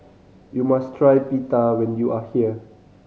you must try Pita when you are here